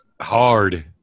hard